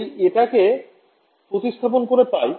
তাই এটাকে প্রতিস্থাপন করে পাই